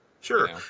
Sure